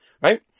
Right